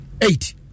eight